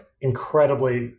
incredibly